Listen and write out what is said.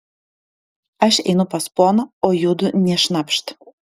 aš einu pas poną o judu nė šnapšt